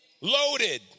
loaded